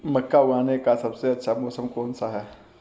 मक्का उगाने का सबसे अच्छा मौसम कौनसा है?